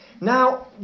Now